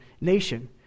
nation